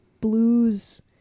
blues